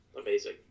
Amazing